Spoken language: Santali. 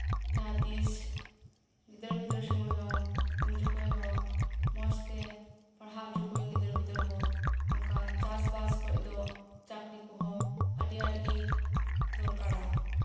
ᱡᱟᱦᱟᱸᱛᱤᱥ ᱜᱤᱫᱟᱹᱨ ᱯᱤᱫᱟᱹᱨ ᱥᱚᱢᱚᱭ ᱦᱚ ᱩᱱᱡᱚᱠᱷᱮᱡ ᱦᱚ ᱢᱚᱸᱡᱽᱛᱮ ᱯᱟᱲᱦᱟᱣ ᱦᱚᱪᱚ ᱠᱚᱣᱟᱹᱧ ᱜᱤᱫᱟᱹᱨ ᱯᱤᱫᱟᱹᱨ ᱦᱚ ᱱᱚᱝᱠᱟ ᱪᱟᱥᱵᱟᱥ ᱠᱷᱚᱱ ᱫᱚ ᱪᱟᱹᱠᱨᱤ ᱠᱚᱦᱚ ᱟᱹᱰᱤ ᱟᱸᱴᱜᱮ ᱫᱚᱨᱠᱟᱨᱟ